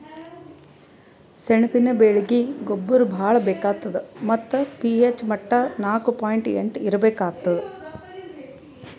ಸೆಣಬಿನ ಬೆಳೀಗಿ ಗೊಬ್ಬರ ಭಾಳ್ ಬೇಕಾತದ್ ಮತ್ತ್ ಪಿ.ಹೆಚ್ ಮಟ್ಟಾ ನಾಕು ಪಾಯಿಂಟ್ ಎಂಟು ಇರ್ಬೇಕಾಗ್ತದ